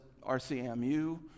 RCMU